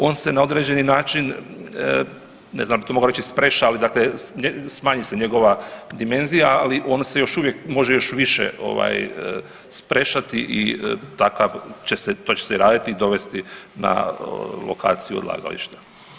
On se na određeni način, ne znam, to mogu reći sprešali, dakle smanji se njegova dimenzija, ali on se još uvijek može još više ovaj sprešati i takav će se, to će se i raditi i dovesti na lokaciju odlagališta.